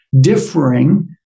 differing